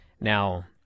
Now